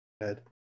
head